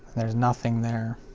there's nothing there.